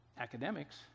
academics